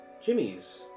Jimmy's